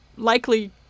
likely